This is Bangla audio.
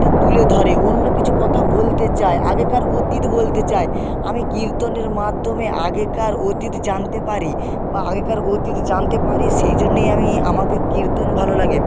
তুলে ধরে অন্য কিছু কথা বলতে চায় আগেকার অতীত বলতে চায় আমি কীর্তনের মাধ্যমে আগেকার অতীত জানতে পারি বা আগেকার অতীত জানতে পারি সেই জন্যেই আমি আমাকে কীর্তন ভালো লাগে